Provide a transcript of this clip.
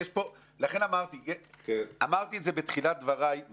לכן אמרתי בתחילת דבריי,